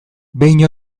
behin